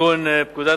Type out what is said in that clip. לתיקון פקודת